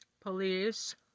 police